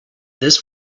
this